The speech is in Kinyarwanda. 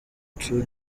true